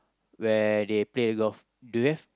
where they play golf do you have